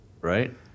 Right